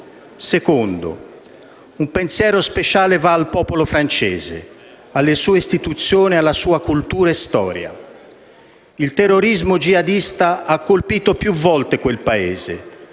un pensiero speciale va al popolo francese, alle sue istituzioni, alla sua cultura e storia. Il terrorismo jihadista ha colpito più volte quel Paese,